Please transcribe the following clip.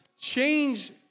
change